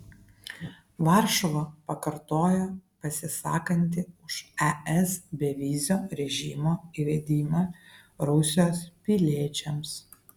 varšuva pakartojo pasisakanti už es bevizio režimo įvedimą rusijos piliečiams